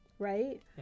right